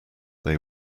they